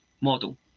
model